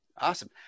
awesome